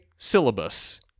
Syllabus